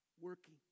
working